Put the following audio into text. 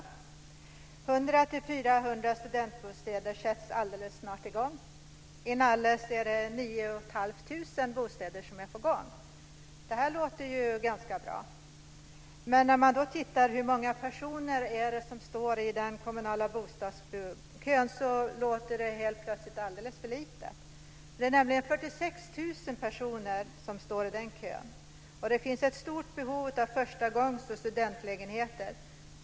100-400 studentbostäder sätter man alldeles snart i gång med. Inalles är 9 500 bostäder på gång. Det låter ganska bra. Men sett till hur många det är som står i den kommunala bostadskön låter det helt plötsligt alldeles för lite. 46 000 personer står nämligen i den kön. Det finns ett stort behov av "förstagångs"- och studentlägenheter.